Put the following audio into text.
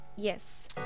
Yes